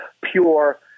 pure